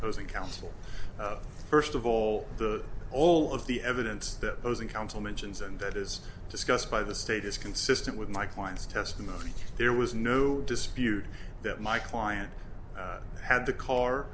posing counsel first of all the all of the evidence that goes in counsel mentions and that is discussed by the state is consistent with my client's testimony there was no dispute that my client had the car